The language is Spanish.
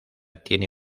tiene